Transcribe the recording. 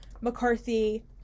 McCarthy